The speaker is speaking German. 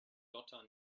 dotter